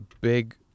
big